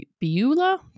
Beula